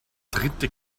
dritte